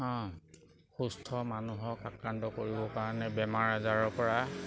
অ সুস্থ মানুহক আক্ৰান্ত কৰিবৰ কাৰণে বেমাৰ আজাৰৰ পৰা